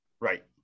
right